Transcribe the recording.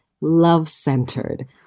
love-centered